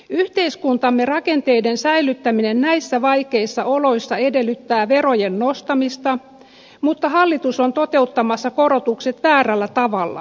yhteiskuntamme rakenteiden säilyttäminen näissä vaikeissa oloissa edellyttää verojen nostamista mutta hallitus on toteuttamassa korotukset väärällä tavalla